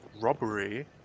robbery